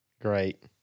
Great